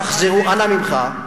תחזרו, אנא ממך,